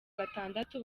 batandatu